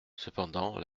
cependant